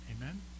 Amen